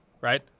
right